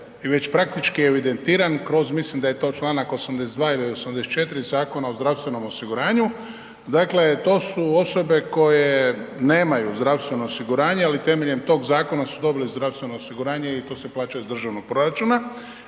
i već praktički evidentiran, mislim da je to članak 82. ili 84. Zakona o zdravstvenom osiguranju, dakle to su osobe koje nemaju zdravstveno osiguranje ali temeljem tog zakona su dobile zdravstveno osiguranje i to se plaća iz državnog proračuna.